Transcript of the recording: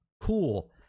cool